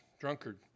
Drunkard